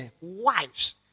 Wives